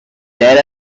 there